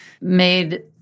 made